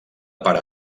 pare